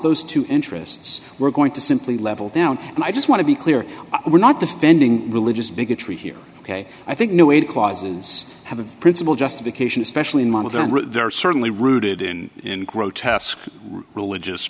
two interests we're going to simply level down and i just want to be clear we're not defending religious bigotry here ok i think no way clauses have a principle justification especially in modern there are certainly rooted in in grotesque religious